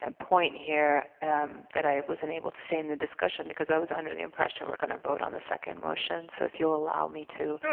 and point here that i wasn't able to say in the discussion because i was under the impression we're gonna vote on the second motion so if you'll allow me to